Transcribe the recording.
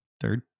third